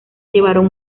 llevaron